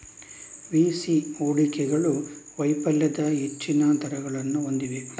VC ಹೂಡಿಕೆಗಳು ವೈಫಲ್ಯದ ಹೆಚ್ಚಿನ ದರಗಳನ್ನು ಹೊಂದಿವೆ